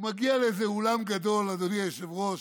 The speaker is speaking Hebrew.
הוא מגיע לאיזה אולם גדול, אדוני היושב-ראש,